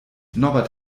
norbert